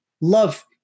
Love